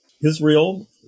Israel